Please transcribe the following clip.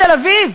בתל-אביב,